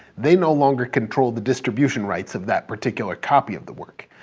they no longer control the distribution rights of that particular copy of the work.